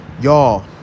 Y'all